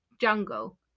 jungle